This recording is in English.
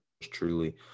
truly